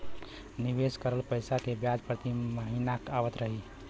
निवेश करल पैसा के ब्याज प्रति महीना आवत रही?